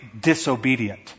disobedient